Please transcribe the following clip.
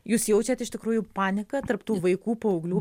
jūs jaučiat iš tikrųjų paniką tarp tų vaikų paauglių